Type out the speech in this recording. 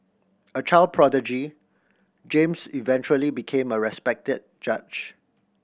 a child prodigy James eventually became a respected judge